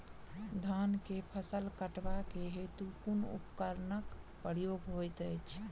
धान केँ फसल कटवा केँ हेतु कुन उपकरणक प्रयोग होइत अछि?